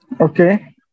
Okay